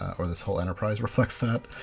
or this whole enterprise reflects that.